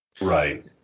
Right